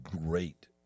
great